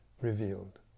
revealed